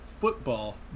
Football